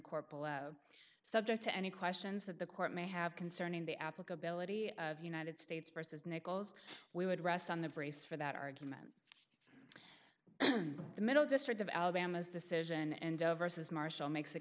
corpus subject to any questions that the court may have concerning the applicability of united states versus nichols we would rest on the brace for that argument the middle district of alabama's decision and versus marshall makes it